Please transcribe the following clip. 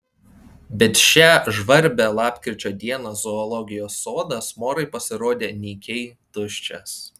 bet šią žvarbią lapkričio dieną zoologijos sodas morai pasirodė nykiai tuščias